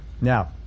Now